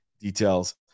details